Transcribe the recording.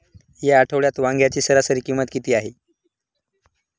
या आठवड्यात वांग्याची सरासरी किंमत किती आहे?